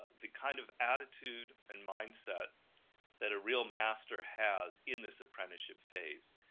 ah the kind of attitude and mindset that a real master has in this apprenticeship phase.